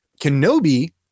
Kenobi